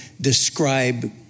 describe